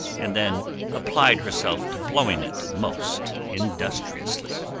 and then applied herself to blowing it most industriously.